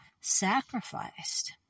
sacrificed